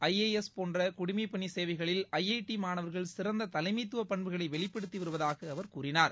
I A S போன்ற குடிமைப்பணி சேவைகளில் ஐ டி மாணவர்கள் சிறந்த தலைமைத்துவ பண்புகளை வெளிப்படுத்தி வருவதாக அவர் கூறினார்